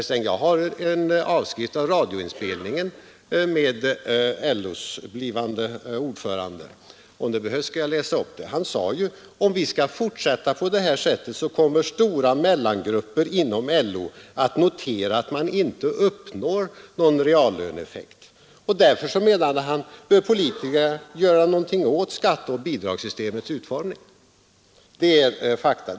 Herr Sträng, jag har en avskrift av radiointervjun med LO:s blivande ordförande. Om det behövs skall jag läsa upp den. Han sade: Om vi skall fortsätta på detta sätt kommer stora mellangrupper inom LO att notera att man inte uppnår någon reallöneeffekt. Därför, menade han, bör politikerna göra någonting åt skatteoch bidragssystemets utformning. Det är fakta.